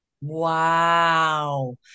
Wow